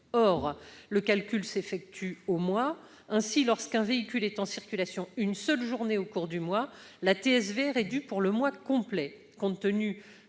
Ce calcul s'effectue au mois : lorsqu'un véhicule est en circulation une seule journée au cours du mois, la TSVR est due pour le mois complet ... Compte tenu